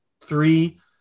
three